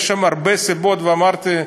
יש שם הרבה סיבות, ואמרתי,